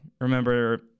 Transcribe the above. remember –